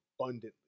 abundantly